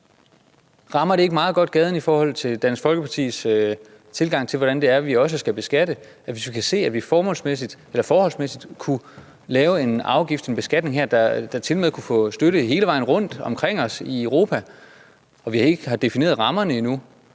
Rammer det ikke meget godt i forhold til Dansk Folkepartis tilgang til, hvordan det er, vi også skal beskatte, nemlig at hvis vi kan se, at vi forholdsmæssigt kunne lave en afgift, en beskatning, der tilmed kunne få støtte hele vejen rundt om os i Europa, og vi ikke har defineret rammerne endnu,